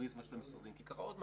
בפריזמה של המשרדים כי קרה עוד משהו.